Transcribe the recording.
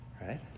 right